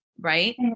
right